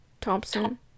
Thompson